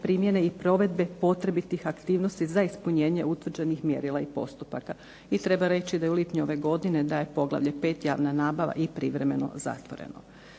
primjene i provedbe potrebitih aktivnosti za ispunjenje utvrđenih mjerila i postupaka. I treba reći da je u lipnju ove godine da je Poglavlje 5. – Javna nabava i privremeno zatvoreno.